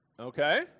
Okay